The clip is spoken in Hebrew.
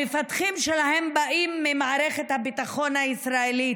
המפתחים שלהן באים ממערכת הביטחון הישראלית,